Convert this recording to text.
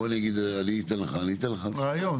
בוא נגיד אני אתן לך אני אתן לך רעיון.